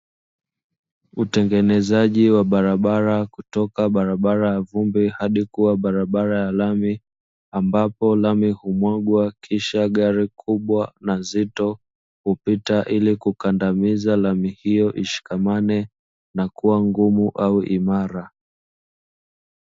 Utengenezaji wa barabara kutoka barabara ya vumbi hadi kuwa barabara ya lami, ambapo lami humwagwa kisha gari kubwa na zito hupita ili kukandamiza lami hiyo ishikamane na kuwa ngumu au imara.